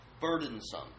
burdensome